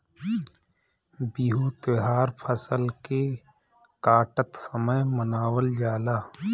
बिहू त्यौहार फसल के काटत समय मनावल जाला